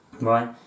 Right